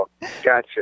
gotcha